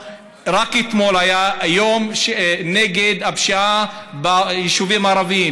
רק אתמול היה היום נגד הפשיעה ביישובים הערביים.